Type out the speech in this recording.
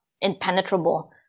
impenetrable